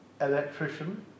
electrician